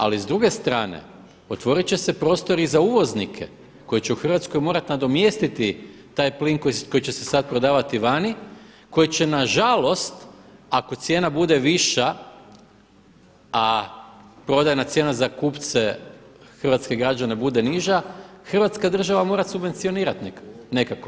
Ali s druge strane otvorit će se prostor i za uvoznike koji će u Hrvatskoj morati nadomjestiti taj plin koji će se sad prodavati vani, koji će na žalost ako cijena bude viša a prodajna cijena za kupce, hrvatske građane bude niža Hrvatska država morati subvencionirati nekako.